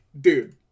dude